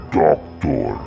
doctor